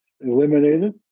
eliminated